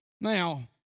Now